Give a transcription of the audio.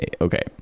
okay